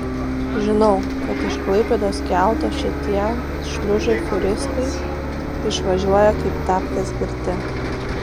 žinau kad iš klaipėdos kelto šitie šliužai fūristai išvažiuoja kaip tapkės girti